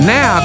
Now